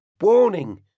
warning